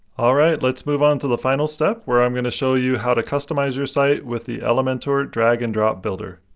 alright, let's move on to the final step where i'm going to show you how to customize your site with the elementor drag and drop builder.